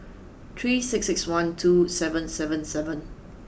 three six six one two seven seven seven